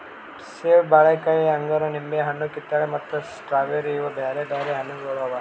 ಸೇಬ, ಬಾಳೆಕಾಯಿ, ಅಂಗೂರ, ನಿಂಬೆ ಹಣ್ಣು, ಕಿತ್ತಳೆ ಮತ್ತ ಸ್ಟ್ರಾಬೇರಿ ಇವು ಬ್ಯಾರೆ ಬ್ಯಾರೆ ಹಣ್ಣುಗೊಳ್ ಅವಾ